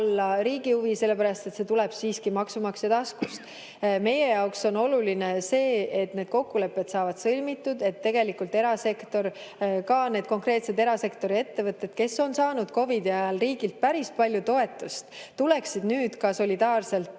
riigi huvi, sest see tuleb siiski maksumaksja taskust. Meie jaoks on oluline, et need kokkulepped saavad sõlmitud, et tegelikult ka erasektor, need konkreetsed erasektori ettevõtted, kes on saanud COVID-i ajal riigilt päris palju toetust, tuleksid nüüd solidaarselt